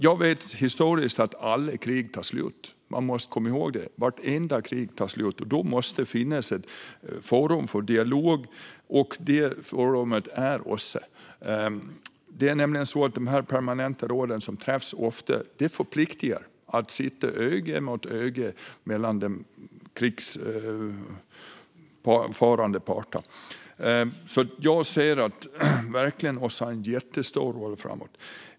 Jag vet historiskt att alla krig tar slut. Vi måste komma ihåg det. Vartenda krig tar slut. Då måste det finnas ett forum för dialog, och det forumet är OSSE. Det är nämligen så att de permanenta råden träffas ofta. Det förpliktar att sitta öga mot öga med krigförande parter. Jag ser att OSSE har en jättestor roll framåt.